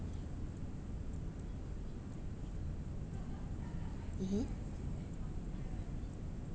mmhmm